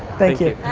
thank you.